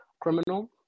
criminal